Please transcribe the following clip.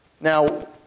Now